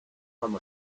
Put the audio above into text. from